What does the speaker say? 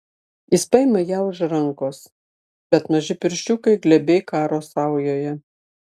jis paima ją už rankos bet maži pirščiukai glebiai karo saujoje